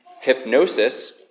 hypnosis